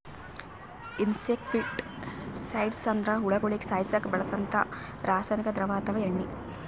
insecticides ಅಂದ್ರ ಹುಳಗೋಳಿಗ ಸಾಯಸಕ್ಕ್ ಬಳ್ಸಂಥಾ ರಾಸಾನಿಕ್ ದ್ರವ ಅಥವಾ ಎಣ್ಣಿ